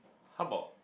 how about